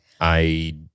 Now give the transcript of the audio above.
I-